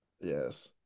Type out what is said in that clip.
Yes